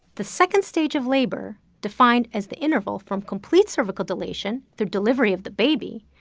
the second stage of labor, defined as the interval from complete cervical dilation through delivery of the baby,